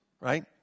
right